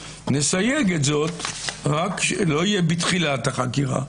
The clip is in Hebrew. נסייג זאת כך שזה לא יהיה בתחילת החקירה,